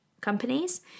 companies